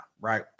right